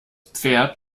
pferd